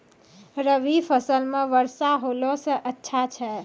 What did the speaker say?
रवी फसल म वर्षा होला से अच्छा छै?